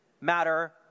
matter